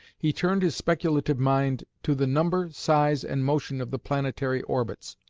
he turned his speculative mind to the number, size, and motion of the planetary orbits.